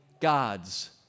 God's